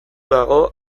dago